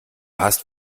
hast